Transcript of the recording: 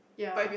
ya